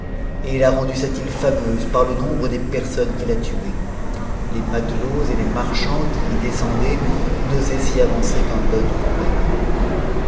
a rendu cette île fameuse par nombre des personnes qu'il a tuées les matelots et les marchands qui descendaient n'osaient s'y avancer qu'en bonne compagnie